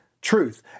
truth